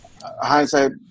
hindsight